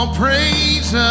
praise